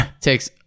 Takes